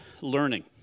learning